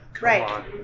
Right